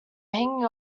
hanging